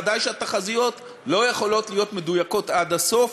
ודאי שהתחזיות לא יכולות להיות מדויקות עד הסוף.